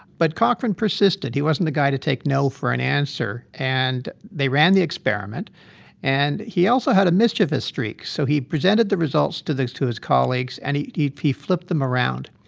but cochrane persisted. he wasn't the guy to take no for an answer. and they ran the experiment and he also had a mischievous streak, so he presented the results to those to his colleagues, and he he flipped them around.